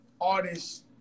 artists